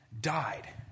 died